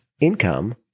income